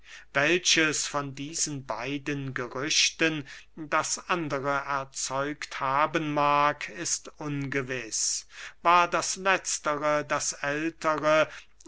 welches von diesen beiden gerüchten das andere erzeugt haben mag ist ungewiß war das letztere das ältere